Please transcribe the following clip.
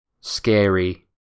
scary